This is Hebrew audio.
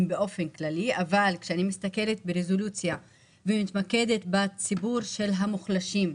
באופן כללי אבל כשאני מסתכלת ברזולוציה ומתמקדת בציבור של המוחלשים,